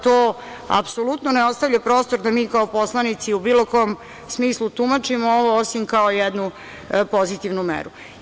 To apsolutno ne ostavlja prostor da mi kao poslanici u bilo kom smislu tumačimo ovo, osim kao jednu pozitivnu meru.